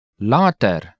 Later